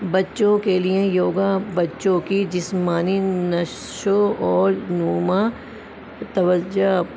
بچوں کے لیے یوگا بچوں کی جسمانی نشو اور نما توجہ